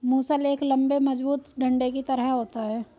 मूसल एक लम्बे मजबूत डंडे की तरह होता है